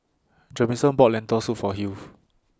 Jamison bought Lentil Soup For Hughes